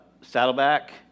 Saddleback